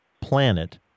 planet